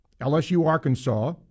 LSU-Arkansas